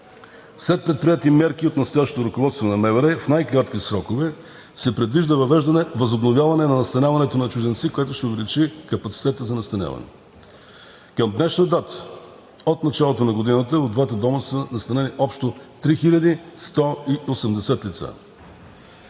след предприети мерки от настоящото ръководство на МВР, в най-кратки срокове се предвижда възобновяване на настаняването на чужденци, което ще увеличи капацитета за настаняване. Към днешна дата – от началото на годината, в двата дома са настанени общо 3180 лица.